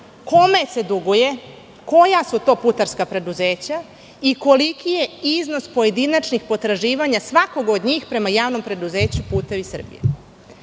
kome se duguje, koja su to putarska preduzeća i koliki je iznos pojedinačnih potraživanja svakog od njih prema JP "Putevi Srbije".Mi